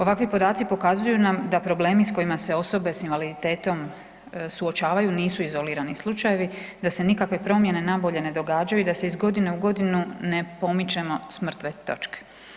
Ovakvi podaci pokazuju nam da problemi s kojima se osobe s invaliditetom suočavaju nisu izolirani slučajevi, da se nikakve promjene na bolje ne događaju, da se iz godine u godinu ne pomičemo s mrtve točke.